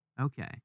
Okay